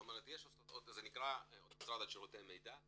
זה נקרא אוטוסטראדת שירותי מידע,